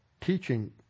teaching